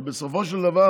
אבל בסופו של דבר